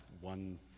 one